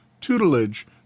tutelage